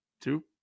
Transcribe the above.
Two